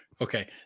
okay